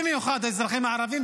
במיוחד האזרחים הערבים,